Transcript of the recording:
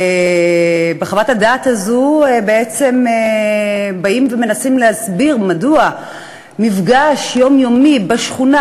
בחוות הדעת הזאת בעצם מנסים להסביר מדוע מפגש יומיומי בשכונה,